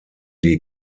die